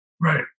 Right